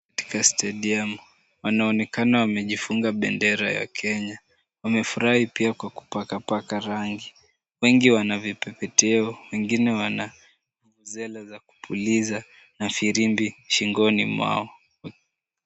Katika stadium wanaonekana wamejifunga bendera ya Kenya. Wamefurahi pia kwa kupakapaka rangi. Wengi wana vipepeteo, wengine wana vuvuzela za kupuliza na firimbi shingoni mwao.